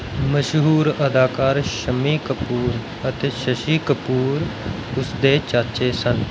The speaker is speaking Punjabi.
ਮਸ਼ਹੂਰ ਅਦਾਕਾਰ ਸ਼ੰਮੀ ਕਪੂਰ ਅਤੇ ਸ਼ਸ਼ੀ ਕਪੂਰ ਉਸ ਦੇ ਚਾਚੇ ਸਨ